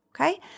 okay